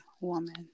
woman